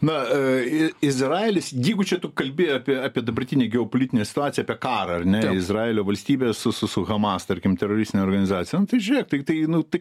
na ir i izraelis jeigu čia tu kalbi apie apie dabartinę geopolitinę situaciją apie karą ar ne izraelio valstybę su su su hamas tarkim teroristine organizacija tai žiūrėk tai tai nu tai